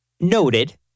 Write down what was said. noted